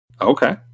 Okay